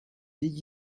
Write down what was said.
vieille